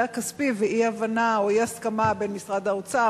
הכספי ואי-הבנה או אי-הסכמה בין משרד האוצר,